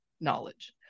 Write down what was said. knowledge